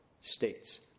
states